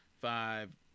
five